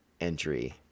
entry